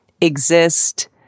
exist